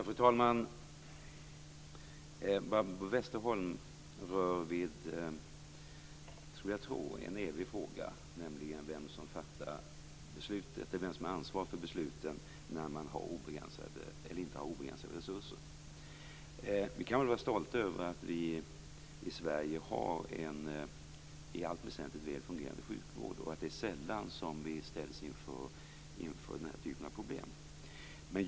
Fru talman! Barbro Westerholm rör vid det som jag tror är en evig fråga, nämligen vem som har ansvaret för besluten när man inte har obegränsade resurser. Vi kan vara stolta över att vi i Sverige har en i allt väsentligt väl fungerande sjukvård. Det är sällan som vi ställs inför den här typen av problem.